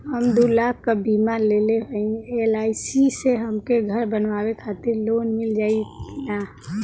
हम दूलाख क बीमा लेले हई एल.आई.सी से हमके घर बनवावे खातिर लोन मिल जाई कि ना?